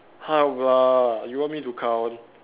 how about you want me to count